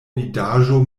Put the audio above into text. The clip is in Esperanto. vidaĵo